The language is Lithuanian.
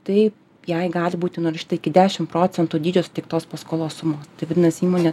tai jai gali būti nurašyta iki dešim procentų dydžio suteiktos paskolos sumos tai vadinasi įmonė